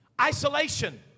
Isolation